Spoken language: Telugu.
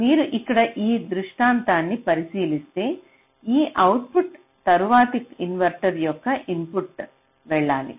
మీరు ఇక్కడ ఈ దృష్టాంతాన్ని పరిశీలిస్తే ఈ అవుట్పుట్ తరువాతి ఇన్వర్టర్ యొక్క ఇన్పుట్కు వెళ్ళాలి